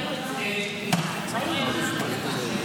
רבותיי חברי הכנסת,